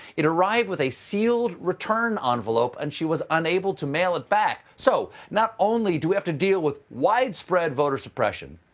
it arrived with a sealed return ah envelope, and she was unable to mail it back. so not only do we have to deal with widespread voter suppression.